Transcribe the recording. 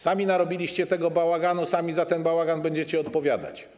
Sami narobiliście tego bałaganu, sami za ten bałagan będziecie odpowiadać.